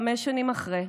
חמש שנים אחרי,